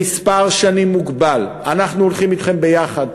למספר שנים מוגבל אנחנו הולכים אתכם ביחד,